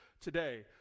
today